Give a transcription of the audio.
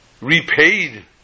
repaid